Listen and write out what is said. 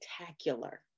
spectacular